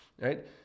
right